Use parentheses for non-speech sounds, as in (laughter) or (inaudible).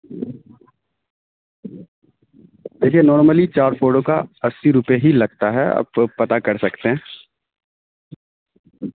دیکھیے نارملی چار فوٹو کا اسی روپئے ہی لگتا ہے آپ (unintelligible) پتہ کر سکتے ہیں